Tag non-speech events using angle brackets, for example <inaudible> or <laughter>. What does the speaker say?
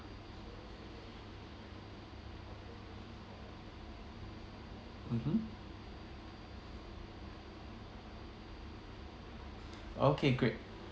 mmhmm <breath> okay great